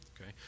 Okay